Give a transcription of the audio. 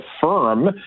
firm